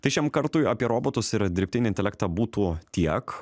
tai šiam kartui apie robotus ir dirbtinį intelektą būtų tiek